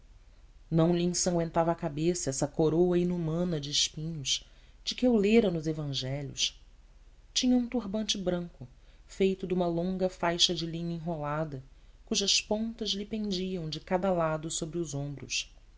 correias não lhe ensanguentava a cabeça essa coroa inumana de espinhos de que eu lera nos evangelhos tinha um turbante branco feito de uma longa faixa de linho enrolada cujas pontas lhe pendiam de cada lado sobre os ombros